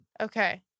Okay